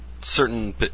certain